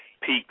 peaks